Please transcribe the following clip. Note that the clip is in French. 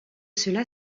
cela